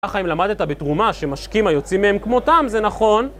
ככה אם למדת בתרומה, שמשקים היוצאים מהם כמותם, זה נכון?